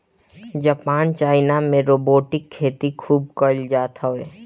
Japan China में robotic खेती खूब कईल जात हवे